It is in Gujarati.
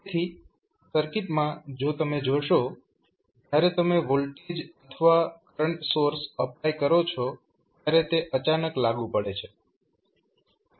તેથી સર્કિટમાં જો તમે જોશો જ્યારે તમે વોલ્ટેજ અથવા કરંટ સોર્સ એપ્લાય કરો છો ત્યારે તે અચાનક લાગુ પડે છે